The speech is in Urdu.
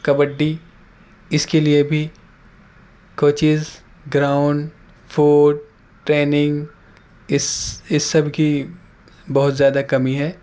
کبڈی اس كے لیے بھی كوچیز گراؤنڈ فوڈ ٹریننگ اس اس سب کی بہت زیادہ کمی ہے